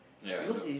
ya no